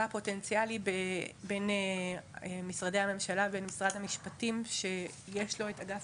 הפוטנציאלי בין משרדי הממשלה ובין משרד המשפטים שיש לו את אגף